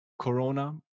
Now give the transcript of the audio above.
corona